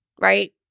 right